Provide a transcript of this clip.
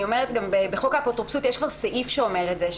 בחוק האפוטרופסות יש כבר סעיף שאומר את זה,